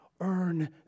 earn